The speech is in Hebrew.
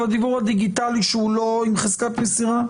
רשמתי לפניי את האמון הגדול שלך.